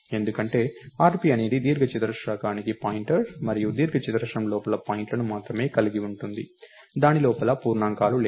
ఎందుకంటే rp అనేది దీర్ఘచతురస్రానికి పాయింటర్ మరియు దీర్ఘచతురస్రం లోపల పాయింట్లను మాత్రమే కలిగి ఉంటుంది దాని లోపల పూర్ణాంకాలు లేవు